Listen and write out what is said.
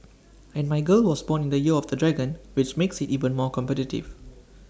and my girl was born in the year of the dragon which makes IT even more competitive